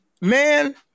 man